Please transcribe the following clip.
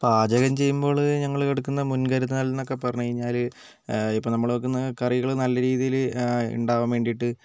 പാചകം ചെയ്യുമ്പോൾ ഞങ്ങൾ എടുക്കുന്ന മുൻകരുതൽ എന്നൊക്കെ പറഞ്ഞു കഴിഞ്ഞാൽ ഇപ്പോൾ നമ്മൾ വെക്കുന്ന കറികൾ നല്ല രീതിയിൽ ഉണ്ടാവാൻ വേണ്ടിയിട്ട്